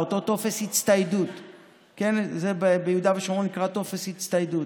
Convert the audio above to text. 4 וביהודה ושומרון זה נקרא טופס הצטיידות: